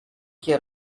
here